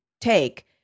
take